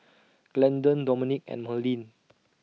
Glendon Domenic and Merlyn